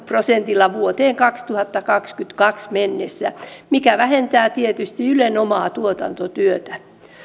prosentilla vuoteen kaksituhattakaksikymmentäkaksi mennessä mikä vähentää tietysti ylen omaa tuotantotyötä